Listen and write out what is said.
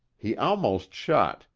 he almost shot,